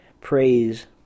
Praise